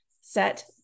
set